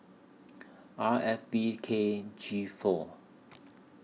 R F B K G four